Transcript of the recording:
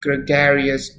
gregarious